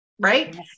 right